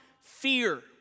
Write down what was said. fear